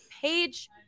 page